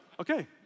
okay